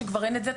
כבר אין את זה,